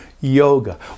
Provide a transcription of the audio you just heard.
yoga